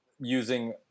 using